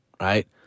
Right